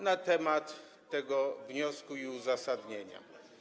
na temat tego wniosku i uzasadnienia.